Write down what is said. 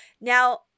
Now